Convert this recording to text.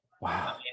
wow